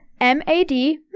M-A-D